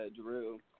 Drew